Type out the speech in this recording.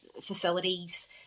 facilities